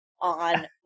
on